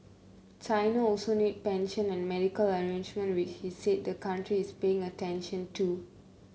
China also needs pension and medical arrangement which he said the country is paying attention to